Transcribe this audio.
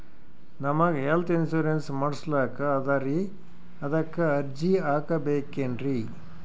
ನಮಗ health insurance ಮಾಡಸ್ಲಾಕ ಅದರಿ ಅದಕ್ಕ ಅರ್ಜಿ ಹಾಕಬಕೇನ್ರಿ?